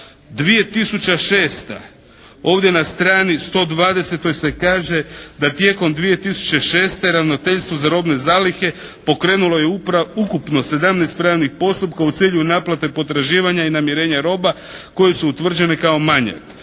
2006. ovdje na strani 120. se kaže da tijekom 2006. Ravnateljstvo za robne zalihe pokrenulo je ukupno sedamnaest pravnih postupaka u cilju naplate potraživanja i namirenja roba koje su utvrđene kao manjak.